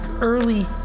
early